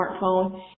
smartphone